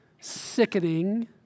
Sickening